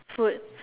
food